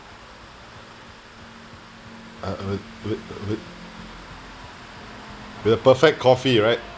uh would would with the perfect coffee right